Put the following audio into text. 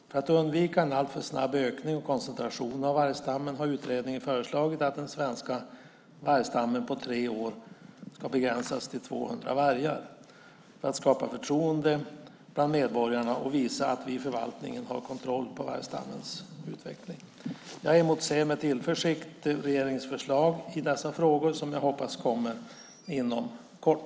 För att undvika en alltför snabb ökning och koncentration av vargstammen har utredningen föreslagit att den svenska vargstammen på tre år ska begränsas till 200 vargar, för att skapa förtroende bland medborgarna och visa att vi genom förvaltningen har kontroll på vargstammens utveckling. Jag emotser med tillförsikt regeringens förslag i dessa frågor som jag hoppas kommer inom kort.